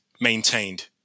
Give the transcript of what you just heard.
maintained